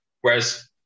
Whereas